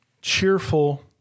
cheerful